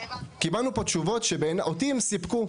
קיבלנו פה תשובות שאותי הן סיפקו.